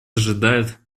ожидает